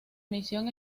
misión